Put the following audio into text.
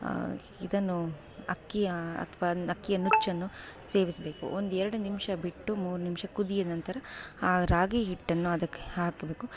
ಇದನ್ನು ಅಕ್ಕಿಯ ಅಥವಾ ಅಕ್ಕಿಯ ನುಚ್ಚನ್ನು ಸೇರಿಸಬೇಕು ಒಂದೆರಡು ನಿಮಿಷ ಬಿಟ್ಟು ಮೂರು ನಿಮಿಷ ಕುದಿದ ನಂತರ ಆ ರಾಗಿ ಹಿಟ್ಟನ್ನು ಅದಕ್ಕೆ ಹಾಕಬೇಕು